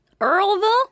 Earlville